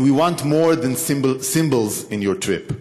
אבל לא יכולנו להתחמק מהסמליות של הביקור שלך באזור: